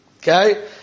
Okay